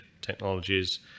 technologies